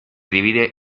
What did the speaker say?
divide